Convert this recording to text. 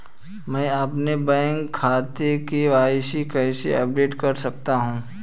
मैं अपने बैंक खाते में के.वाई.सी कैसे अपडेट कर सकता हूँ?